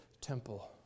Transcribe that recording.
temple